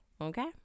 Okay